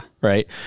right